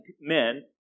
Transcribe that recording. men